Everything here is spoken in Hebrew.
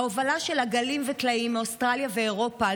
ההובלה של עגלים וטלאים מאוסטרליה ואירופה על